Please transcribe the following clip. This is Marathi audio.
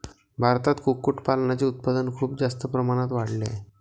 भारतात कुक्कुटपालनाचे उत्पादन खूप जास्त प्रमाणात वाढले आहे